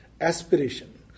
aspiration